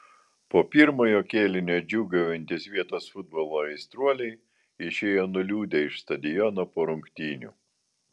po pirmojo kėlinio džiūgaujantys vietos futbolo aistruoliai išėjo nuliūdę iš stadiono po rungtynių